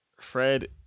Fred